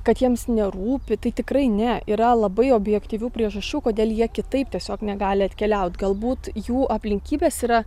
kad jiems nerūpi tai tikrai ne yra labai objektyvių priežasčių kodėl jie kitaip tiesiog negali atkeliaut galbūt jų aplinkybės yra